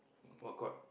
what court